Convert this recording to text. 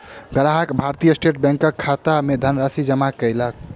ग्राहक भारतीय स्टेट बैंकक खाता मे धनराशि जमा कयलक